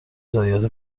ضایعات